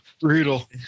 brutal